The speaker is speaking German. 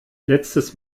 letztes